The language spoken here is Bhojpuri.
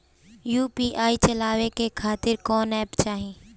यू.पी.आई चलवाए के खातिर कौन एप चाहीं?